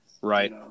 right